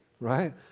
right